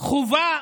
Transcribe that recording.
חובה